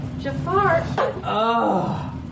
Jafar